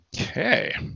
okay